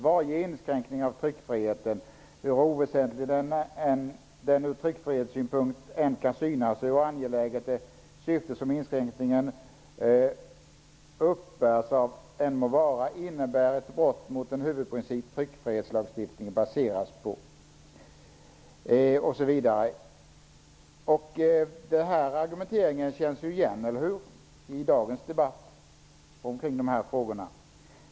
Varje inskränkning av tryckfriheten -- hur oväsentlig den ur tryckfrihetssynpunkt än kan synas och hur angeläget det syfte som inskränkningar uppbärs av än må vara -- innebär ett brott mot den huvudprincip tryckfrihetslagstiftningen baseras på.'' Denna argumentering känns igen -- eller hur? -- i dagens debatt.